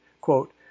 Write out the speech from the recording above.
quote